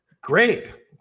great